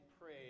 pray